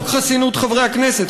חוק חסינות חברי הכנסת,